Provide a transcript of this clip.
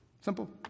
Simple